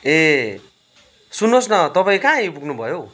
ए सुन्नुहोस् न तपाईँ कहाँ आइपुग्नु भयो हौ